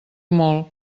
molt